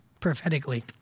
prophetically